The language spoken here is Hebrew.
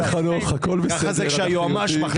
חן חן, חנוך, הכול מסתדר, אנחנו